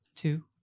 Two